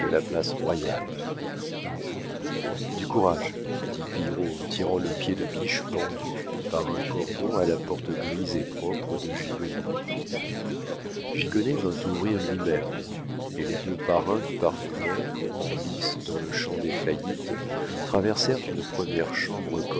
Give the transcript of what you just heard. la place royale du courage dit pillerault en tirant le pied de biche pendu par un cordon à la porte grise et propre de gigonnet gigonnet vint ouvrir lui-même et les deux parrains du parfumeur en lice dans le champ des faillites traversèrent une première chambre